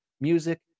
music